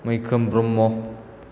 मैखोम ब्रह्म